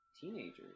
teenagers